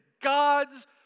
God's